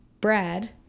brad